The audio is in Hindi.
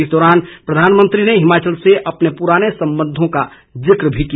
इस दौरान प्रधानमंत्री ने हिमाचल से अपने पुराने संबंधों का जिक्र किया